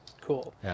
Cool